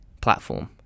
platform